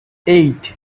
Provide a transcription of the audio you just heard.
eight